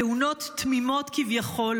תאונות תמימות כביכול,